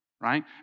right